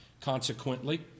Consequently